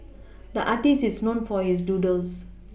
the artist is known for his doodles